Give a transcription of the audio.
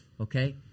okay